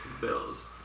Bills